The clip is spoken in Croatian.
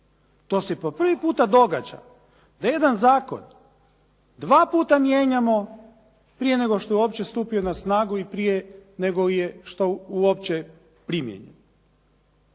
To se po prvi puta događa da jedan zakon dva puta mijenjamo prije nego što je uopće stupio na snagu ili prije nego je uopće primijenjen.